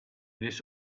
this